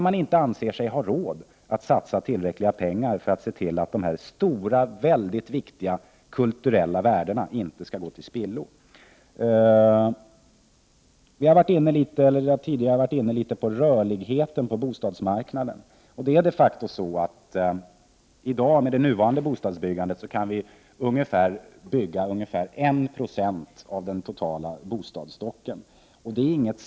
Man anser sig inte ha råd att satsa tillräckligt med pengar för att se till att dessa mycket stora och viktiga kulturella värden inte går till spillo. Vi har tidigare varit inne något på rörligheten på bostadsmarknaden. Med det nuvarande bostadsbyggandet kan vi årligen öka den totala bostadsstocken med ungefär en procent.